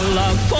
love